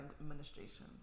administration